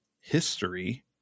history